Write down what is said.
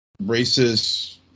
racist